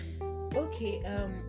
Okay